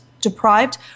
deprived